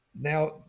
Now